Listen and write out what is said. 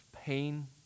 pain